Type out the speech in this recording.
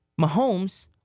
Mahomes